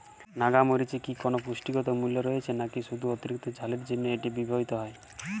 নাগা মরিচে কি কোনো পুষ্টিগত মূল্য রয়েছে নাকি শুধু অতিরিক্ত ঝালের জন্য এটি ব্যবহৃত হয়?